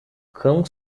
cão